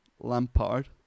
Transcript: Lampard